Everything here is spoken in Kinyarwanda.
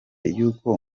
y’uko